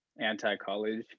anti-college